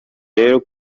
rero